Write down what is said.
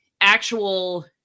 actual